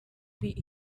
beat